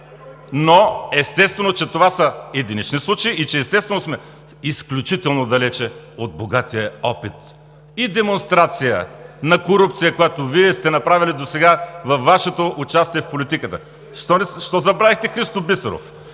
Но, естествено, това са единични случаи, и, естествено, сме изключително далече от богатия опит и демонстрация на корупция, която Вие сте направили досега с Вашето участие в политиката. Защо забравихте Христо Бисеров?